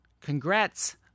Congrats